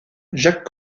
jacques